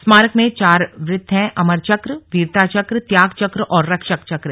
स्मारक में चार वृत्त हैं अमर चक्र वीरता चक्र त्याग चक्र और रक्षक चक्र